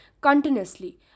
continuously